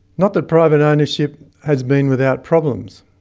not that private ownership has been without problems.